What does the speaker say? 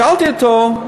שאלתי אותו: